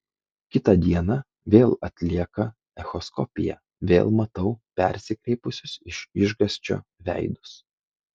kitą dieną vėl atlieka echoskopiją vėl matau persikreipusius iš išgąsčio veidus